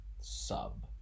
sub